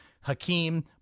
Hakeem